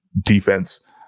defense